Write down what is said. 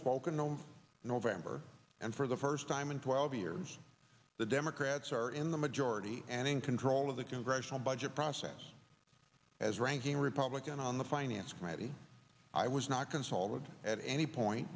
spoken on november and for the first time in twelve years the democrats are in the majority and in control of the congressional budget process as ranking republican on the finance committee i was not consulted at any point